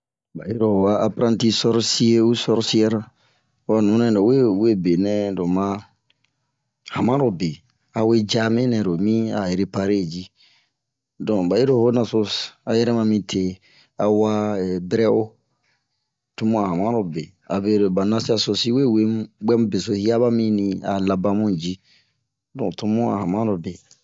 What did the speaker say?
ɓa yiro o a apranti sɔrsiye u sɔrsiyɛri ho a nunɛ lo we wee benɛ lo ma hanmalo be awe jame nɛ lomi a repare ji donk ɓa yiro ho naso a yirɛma mite awa bɛrɛ'o tomu a hanmarobe abero ba nasiya so si we wee mu ɓwɛ mu beso hiya aba mi ni laban mu ji donk tomu a hanmarobe